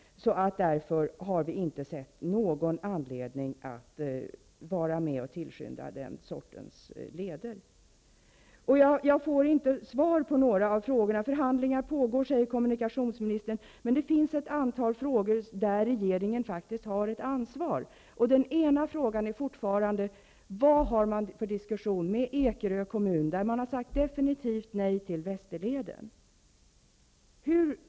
Därför har vi inte ansett oss ha anledning att vara tillskyndare när det gäller den här sortens leder. Jag får inte svar på några av frågorna. Förhandlingar pågår, säger kommunikationsministern. Men det finns ett antal frågor där regeringen faktiskt har ett ansvar. En fråga som fortfarande gäller är: Vad är det för diskussion som förs med Ekerö kommun, där man har sagt definitivt nej till Västerleden?